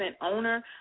owner